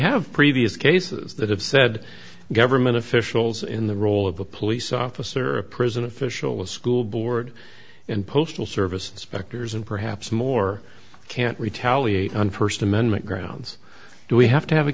have previous cases that have said government officials in the role of a police officer or a prison official a school board and postal service inspectors and perhaps more can't retaliate on st amendment grounds do we have to have a